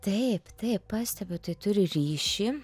taip taip pastebiu tai turi ryšį